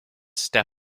step